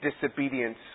disobedience